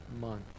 month